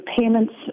payments